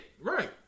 right